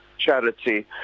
charity